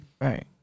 Right